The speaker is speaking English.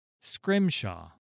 Scrimshaw